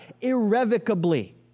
Irrevocably